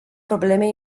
probleme